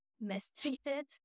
mistreated